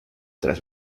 tras